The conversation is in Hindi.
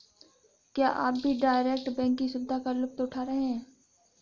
क्या आप भी डायरेक्ट बैंक की सुविधा का लुफ्त उठा रहे हैं?